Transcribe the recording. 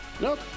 Nope